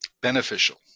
beneficial